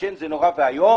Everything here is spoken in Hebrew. לעשן זה נורא ואיום,